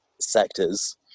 sectors